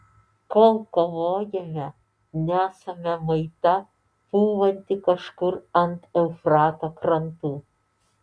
kol kovojame nesame maita pūvanti kažkur ant eufrato krantų